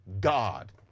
God